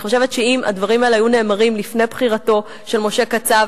אני חושבת שאם הדברים האלה היו נאמרים לפני בחירתו של משה קצב